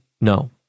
No